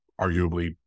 arguably